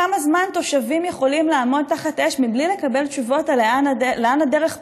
כמה זמן תושבים יכולים לעמוד תחת אש מבלי לקבל תשובות לאן הדרך פונה,